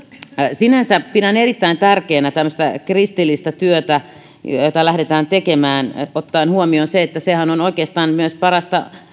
sinänsä pidän erittäin tärkeänä tämmöistä kristillistä työtä jota lähdetään tekemään ottaen huomioon sen että sehän on oikeastaan myös parasta